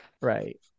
right